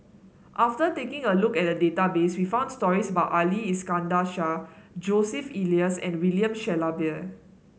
after taking a look at the database we found stories about Ali Iskandar Shah Joseph Elias and William Shellabear